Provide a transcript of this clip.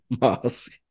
mask